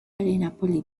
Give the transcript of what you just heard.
esto